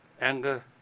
anger